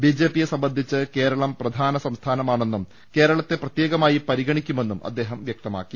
ബിജെപിയെ സംബന്ധിച്ച് കേരളം പ്രധാന സംസ്ഥാനമാണെന്നും കേരളത്തെ പ്രത്യേകമായി പരിഗണിക്കുമെന്നും അദ്ദേഹം വൃക്തമാക്കി